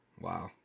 Wow